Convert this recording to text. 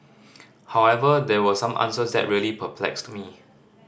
however there were some answers that really perplexed me